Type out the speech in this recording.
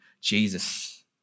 Jesus